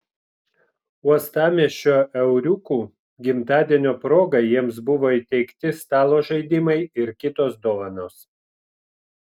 uostamiesčio euriukų gimtadienio proga jiems buvo įteikti stalo žaidimai ir kitos dovanos